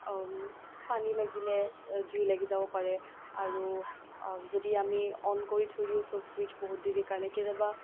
পানী লাগিলে জুই লাগি যাব পাৰে আৰু যদি আমি অন কৰি থৈ দিওঁ চব ছুইটচ বহুত দেৰিৰ কাৰণে কেতিয়াবা